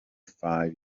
five